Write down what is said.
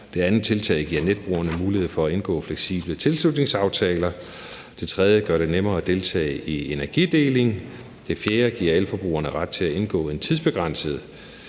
Det andet tiltag giver netbrugerne mulighed for at indgå fleksible tilslutningsaftaler. Det tredje gør det nemmere at deltage i energideling. Det fjerde giver elforbrugerne ret til at indgå en tidsbegrænset